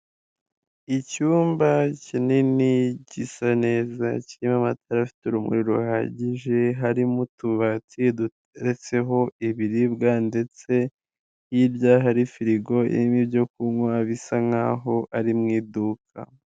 Icyumba kinini gisa neza, kirimo amatara afite urumuri ruhagije, harimo utubati tugeretseho ibiribwa ndetse hirya hari firigo irimo ibyo kunywa, bisa nkaho aho ari mu iduka.